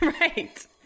Right